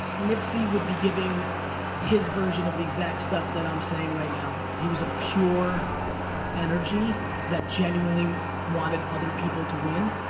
nipsey would be giving his version of the exact stuff that i'm saying right now. he was a pure energy that genuinely wanted other people to win.